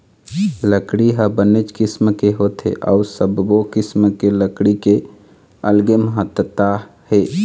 लकड़ी ह बनेच किसम के होथे अउ सब्बो किसम के लकड़ी के अलगे महत्ता हे